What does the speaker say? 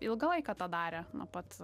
ilgą laiką tą darė nuo pat